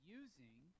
using